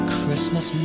Christmas